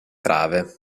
trave